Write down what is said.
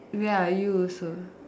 ya you also